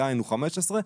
דהיינו 15 אחוזים,